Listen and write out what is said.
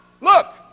Look